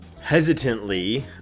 hesitantly